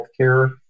healthcare